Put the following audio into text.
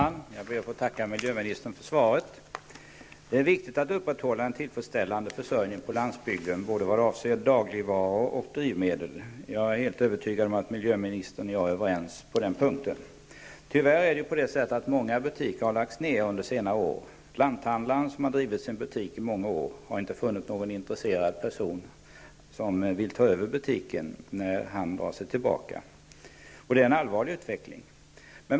Herr talman! Jag ber att få tacka miljöministern för svaret. Det är viktigt att upprätthålla en tillfredsställande försörjning på landsbygden både vad avser dagligvaror och drivmedel. Jag är helt övertygad om att miljöministern och jag är överens på den punkten. Tyvärr har många butiker lagts ned under senare år. Den lanthandlare som har drivit sin butik under många år har inte funnit någon person som är intresserad av att ta över butiken när han drar sig tillbaka. Det är en allvarlig utveckling.